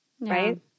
Right